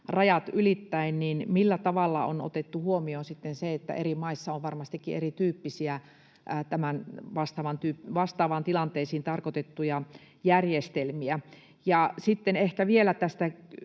rajat ylittäen, niin millä tavalla on otettu huomioon se, että eri maissa on varmastikin erityyppisiä vastaaviin tilanteisiin tarkoitettuja järjestelmiä. Ja sitten ehkä vielä yksi